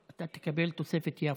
אתה תקבל תוספת יפו.